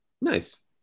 Nice